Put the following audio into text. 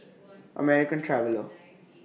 American Traveller